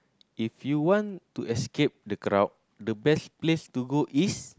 if you want to escape the crowd the best place to go is